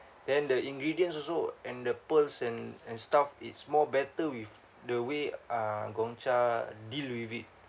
then the ingredients also and the pearls and and stuff it's more better with the way uh Gong Cha deal with it